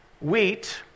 wheat